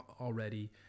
already